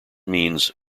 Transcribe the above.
means